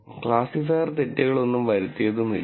classifier തെറ്റുകളൊന്നും വരുത്തിയതുമില്ല